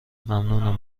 ممنونم